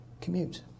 commute